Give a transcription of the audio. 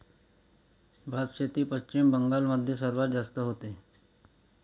भातशेती पश्चिम बंगाल मध्ये सर्वात जास्त होते